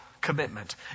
commitment